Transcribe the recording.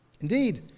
Indeed